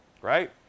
right